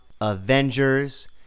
Avengers